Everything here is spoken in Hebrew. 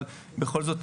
אבל בכל זאת,